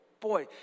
boy